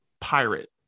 pirate